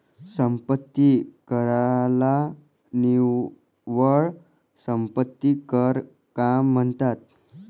संपत्ती कराला निव्वळ संपत्ती कर का म्हणतात?